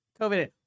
COVID